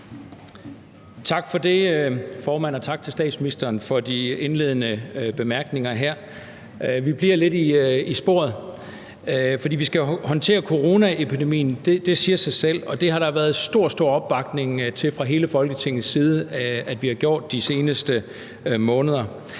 Tak for det, formand, og tak til statsministeren for de indledende bemærkninger her. Vi bliver lidt i sporet, for vi skal jo håndtere coronaepidemien – det siger sig selv – og det har der været stor, stor opbakning til fra hele Folketingets side at vi har gjort de seneste måneder.